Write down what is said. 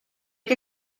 que